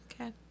Okay